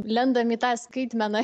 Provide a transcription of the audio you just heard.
lendame į tą skaitmeną